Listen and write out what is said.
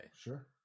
Sure